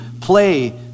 play